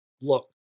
Look